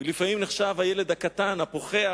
ולפעמים נחשב הילד הקטן, הפוחח,